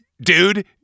Dude